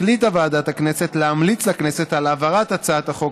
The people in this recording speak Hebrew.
החליטה ועדת הכנסת להמליץ לכנסת על העברת הצעת החוק